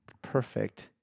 perfect